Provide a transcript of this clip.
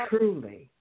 Truly